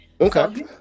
Okay